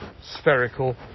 spherical